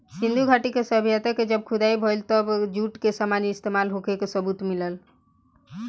सिंधु घाटी के सभ्यता के जब खुदाई भईल तब जूट के सामान इस्तमाल होखे के सबूत मिलल